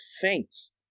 faints